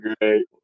great